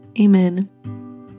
Amen